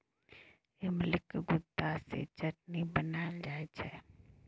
इमलीक गुद्दा सँ चटनी बनाएल जाइ छै